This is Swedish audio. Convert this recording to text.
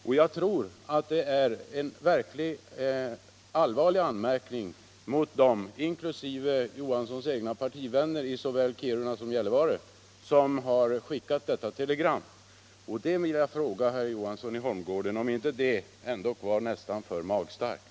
Herr Johanssons uttalande innebär en verkligt allvarlig anmärkning mot dem, inklusive herr Johanssons egna partivänner i såväl Kiruna som Gällivare, som har skickat detta telegram, och jag vill fråga herr Johansson i Holmgården om det ändå inte är för magstarkt.